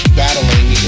battling